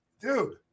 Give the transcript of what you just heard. dude